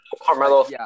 Carmelo